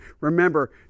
Remember